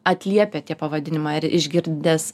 atliepia tie pavadinimai ar išgirdęs